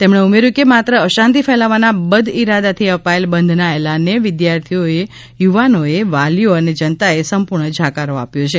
તેમણે ઉમેર્યું છે કે માત્ર અશાંતિ ફેલાવવાના બદઈરાદાથી અપાયેલ બંધના એલાનને વિદ્યાર્થિઓએ યુવાનોએ વાલીઓ અને જનતાએ સંપૂર્ણ જાકારો આપ્યો છે